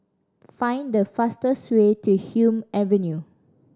find the fastest way to Hume Avenue